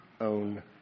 own